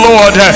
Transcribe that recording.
Lord